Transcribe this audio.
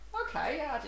okay